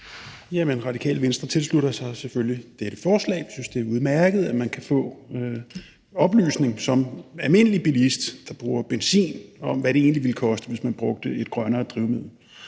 Radikale Venstre tilslutter sig selvfølgelig dette forslag. Vi synes, det er udmærket, at man som almindelig bilist, der bruger benzin, kan få oplysning om, hvad det egentlig ville koste, hvis man brugte et grønnere drivmiddel.